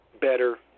better